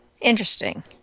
Interesting